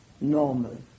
normal